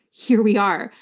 here we are.